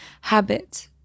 habit